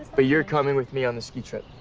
but you're coming with me on the ski trip.